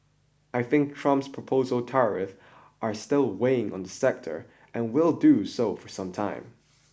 I think Trump's proposed tariffs are still weighing on the sector and will do so for some time